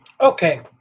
Okay